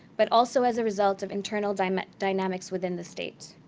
but also as a result of internal dynamics dynamics within the state.